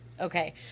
okay